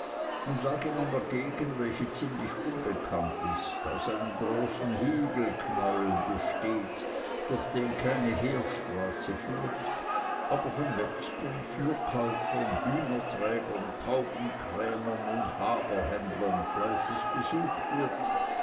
und lag in einer gegend welche ziemlich unbekannt ist aus einem großen hügelknäuel besteht durch den keine heerstraße führt aber von metzgern fürkäufern hühnerträgern taubenkrämern und haberhändlern fleißig besucht wird